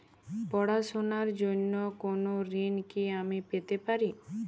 পড়াশোনা র জন্য কোনো ঋণ কি আমি পেতে পারি?